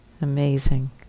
amazing